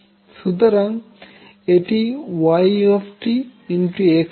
সুতরাং এটি y x এর সঙ্গে একই নয়